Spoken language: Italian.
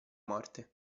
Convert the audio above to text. morte